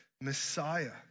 Messiah